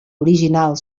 original